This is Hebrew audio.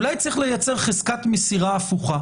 אולי צריך לייצר חזקת מסירה הפוכה